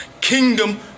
Kingdom